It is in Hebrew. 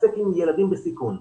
התעסק עם ילדים בסיכון,